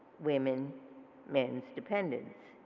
women men's dependents.